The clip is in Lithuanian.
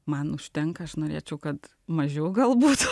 man užtenka aš norėčiau kad mažiau galbūt